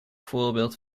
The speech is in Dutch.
voorbeeld